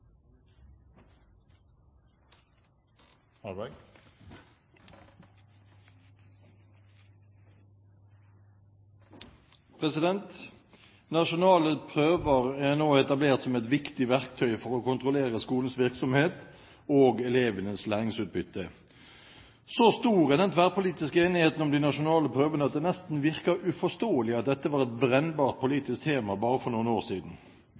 nå etablert som et viktig verktøy for å kontrollere skolenes virksomhet og elevenes læringsutbytte. Så stor er den tverrpolitiske enigheten om de nasjonale prøvene at det nesten virker uforståelig at dette var et brennbart politisk tema bare for noen år siden.